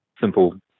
simple